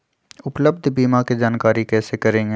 उपलब्ध बीमा के जानकारी कैसे करेगे?